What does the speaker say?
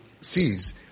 sees